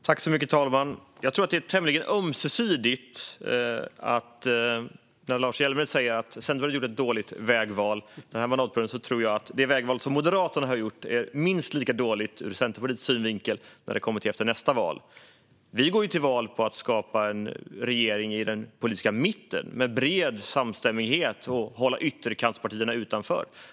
Fru talman! Jag tror att detta är tämligen ömsesidigt. Lars Hjälmered säger att Centerpartiet har gjort ett dåligt vägval den här mandatperioden. Jag tror att det vägval som Moderaterna har gjort för tiden efter nästa val är minst lika dåligt ur Centerpartiets synvinkel. Vi går ju till val på att skapa en regering i den politiska mitten med bred samstämmighet och hålla ytterkantspartierna utanför.